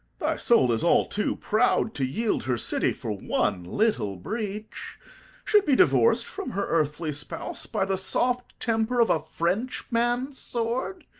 thy soul is all too proud to yield her city for one little breach should be divorced from her earthly spouse by the soft temper of a french man's sword?